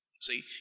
See